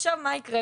עכשיו מה יקרה?